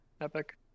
epic